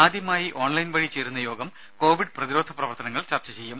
ആദ്യമായി ഓൺലൈൻ വഴി ചേരുന്ന യോഗം കോവിഡ് പ്രതിരോധ പ്രവർത്തനങ്ങൾ ചർച്ച ചെയ്യും